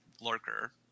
lurker